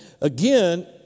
again